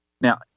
Now